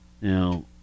Now